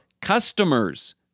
customers